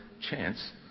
chance